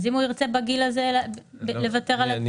אז אם הוא ירצה בגיל הזה לוותר על --- אני